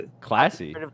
classy